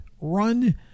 run